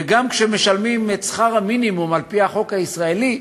וגם כשמשלמים את שכר המינימום על-פי החוק הישראלי,